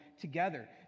together